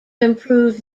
improve